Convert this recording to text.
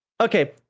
okay